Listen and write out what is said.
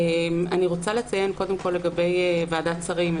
אני רוצה לציין לגבי ועדת שרים,